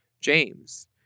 James